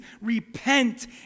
repent